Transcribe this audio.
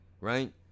right